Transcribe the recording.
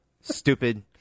stupid